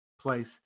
place